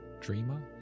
dreamer